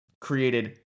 created